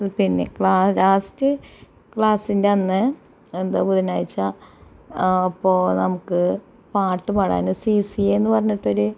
പിന്നെ ലാസ്റ്റ് ക്ലാസ്സിൻ്റെ അന്ന് എന്താ ബുധനാഴ്ച്ച ഇപ്പോൾ നമുക്ക് പാട്ടുപാടാനും സി സി എന്ന് പറഞ്ഞിട്ട് ഒര്